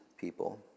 people